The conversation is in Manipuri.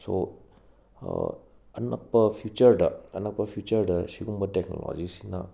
ꯁꯣ ꯑꯅꯛꯄ ꯐ꯭ꯌꯨꯆꯔꯗ ꯑꯅꯛꯄ ꯐ꯭ꯌꯨꯆꯔꯗ ꯁꯤꯒꯨꯝꯕ ꯇꯦꯛꯅꯣꯂꯣꯖꯤꯁꯤꯅ